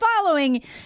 following